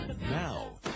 Now